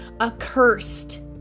accursed